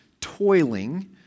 toiling